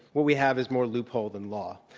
what we have is more loophole than law.